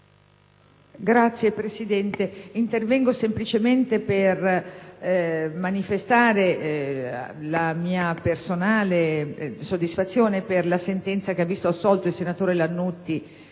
Signor Presidente, intervengo semplicemente per manifestare la mia personale soddisfazione per la sentenza che ha visto assolto il senatore Lannutti